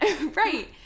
Right